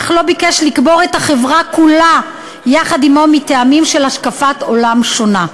אך לא ביקש לקבור את החברה כולה יחד עמו מטעמים של השקפת עולם שונה.